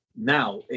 now